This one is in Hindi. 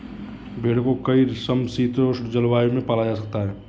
भेड़ को कई समशीतोष्ण जलवायु में पाला जा सकता है